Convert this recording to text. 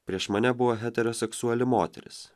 prieš mane buvo heteroseksuali moteris